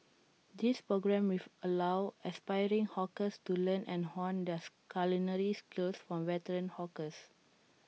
this programme with allow aspiring hawkers to learn and hone their culinary skills from veteran hawkers